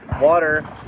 water